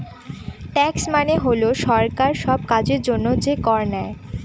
tax মানে হল সরকার সব কাজের জন্য যে কর নেয়